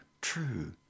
true